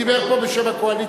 הוא דיבר פה בשם הקואליציה.